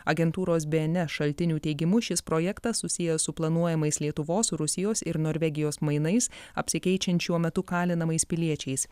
agentūros bns šaltinių teigimu šis projektas susijęs su planuojamais lietuvos rusijos ir norvegijos mainais apsikeičiant šiuo metu kalinamais piliečiais